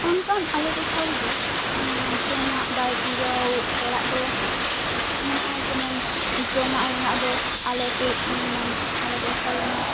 ᱚᱱᱠᱟᱱ ᱟᱞᱮ ᱴᱚᱴᱷᱟ ᱨᱮᱫᱚ ᱡᱚᱢᱟᱜ ᱵᱟ ᱡᱤᱨᱟᱹᱣ ᱚᱲᱟᱜ ᱫᱚ ᱢᱮᱱᱟᱜᱼᱟ ᱡᱮᱢᱚᱱ ᱡᱚᱢᱟᱜ ᱨᱮᱱᱟᱜ ᱫᱚ ᱟᱞᱮ ᱟᱞᱮ ᱴᱚᱴᱷᱟ ᱨᱮᱱᱟᱜ